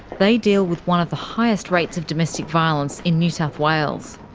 they deal with one of the highest rates of domestic violence in new south wales.